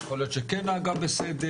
יכול להיות שכן נהגה בסדר.